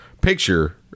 picture